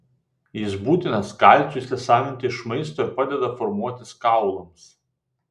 jis būtinas kalciui įsisavinti iš maisto ir padeda formuotis kaulams